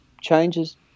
Changes